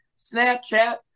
Snapchat